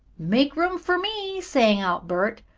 make room for me! sang out bert.